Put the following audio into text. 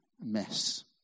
Mess